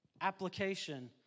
Application